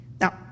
Now